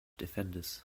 defenders